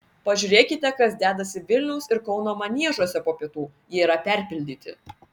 pažiūrėkite kas dedasi vilniaus ir kauno maniežuose po pietų jie yra perpildyti